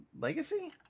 Legacy